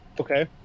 okay